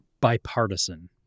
bipartisan